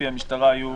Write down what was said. לפי המשטרה היו